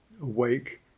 awake